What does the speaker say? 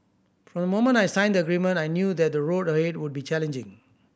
from the moment I signed the agreement I knew that the road ahead would be challenging